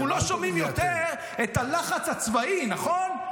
אנחנו לא שומעים יותר את הלחץ הצבאי, נכון?